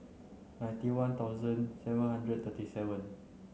ninety one thousand seven hundred and thirty seven